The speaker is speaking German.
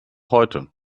heute